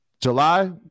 July